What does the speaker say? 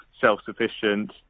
self-sufficient